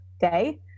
day